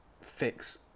fix